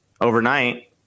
overnight